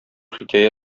хикәя